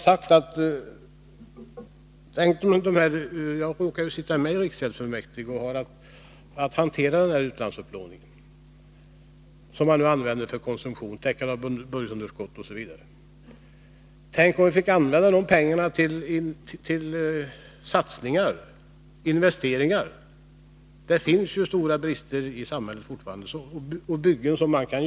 Jag råkar sitta med i riksgäldsfullmäktige och har att delta i den här utlandsupplåningen, som man nu använder för konsumtion, täckande av budgetunderskott osv. Tänk om vi i stället fick använda de pengarna till satsningar på investeringar. Det finns ju fortfarande stora brister i samhället och byggen som man skulle kunna börja med.